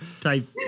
type